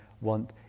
want